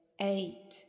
eight